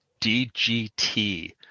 DGT